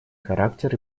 характер